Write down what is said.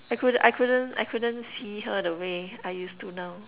I couldn't I couldn't I couldn't see her the way I used to now